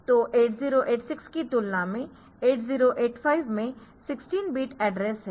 तो 8086 की तुलना में 8085 में 16 बिट एड्रेस है